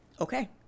Okay